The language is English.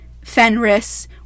Fenris